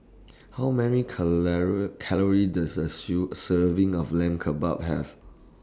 How Many Calories Does A sew Serving of Lamb Kebabs Have